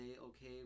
okay